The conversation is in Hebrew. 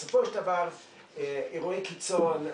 בסופו של דבר אירועי קיצון,